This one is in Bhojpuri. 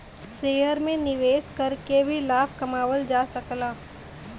शेयर में निवेश करके भी लाभ कमावल जा सकला